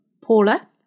Paula